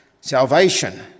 salvation